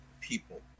people